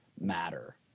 matter